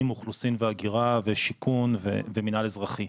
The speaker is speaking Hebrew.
אוכלוסין והגירה ושיכון ומינהל אזרחי.